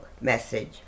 message